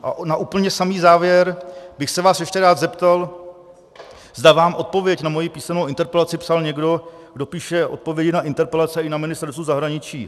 A na úplně samý závěr bych se vás ještě rád zeptal, zda vám odpověď na moji písemnou interpelaci psal někdo, kdo píše odpovědi na interpelace i na Ministerstvu zahraničí.